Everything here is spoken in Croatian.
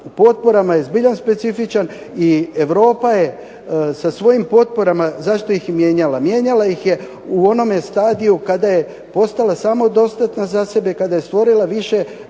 o potporama je zbilja specifičan i Europa je sa svojim potporama zašto ih je mijenjala, mijenjala ih je u onome stadiju kada je postala samodostatna za sebe, kada je stvorila više,